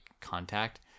contact